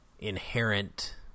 inherent